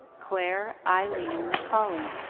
claire eileen mccauley.